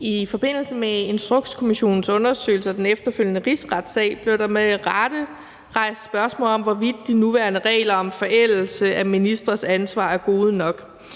I forbindelse med Instrukskommissionens undersøgelse og den efterfølgende rigsretssag blev der med rette rejst spørgsmål om, hvorvidt de nuværende regler om forældelse af ministres ansvar er gode nok.